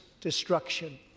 destruction